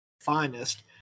finest